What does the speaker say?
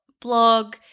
blog